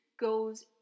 goes